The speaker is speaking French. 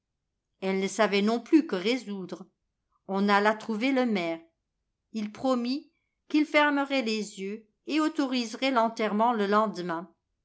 elle ne savait non plus que résoudre on alla trouver le maire il promit qu'il fermerait les yeux et autoriserait l'enterrement le lendemain